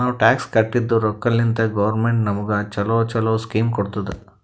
ನಾವ್ ಟ್ಯಾಕ್ಸ್ ಕಟ್ಟಿದ್ ರೊಕ್ಕಾಲಿಂತೆ ಗೌರ್ಮೆಂಟ್ ನಮುಗ ಛಲೋ ಛಲೋ ಸ್ಕೀಮ್ ಕೊಡ್ತುದ್